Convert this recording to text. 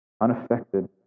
unaffected